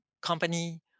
company